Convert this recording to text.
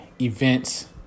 events